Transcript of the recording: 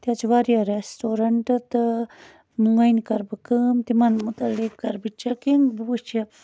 ییٚتہِ حظ چھِ واریاہ رٮ۪سٹورنٛٹ تہٕ وۄنۍ کَرٕ بہٕ کٲم تِمَن متعلق کَرٕ بہٕ چَکِنگ بہٕ وٕچھِ